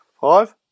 Five